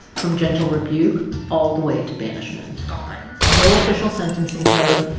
from gentle rebuke all the way to banishment gone no official sentencing code.